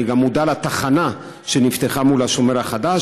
אני גם מודע לתחנה שנפתחה מול השומר החדש,